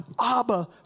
Abba